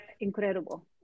incredible